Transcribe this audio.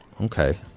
okay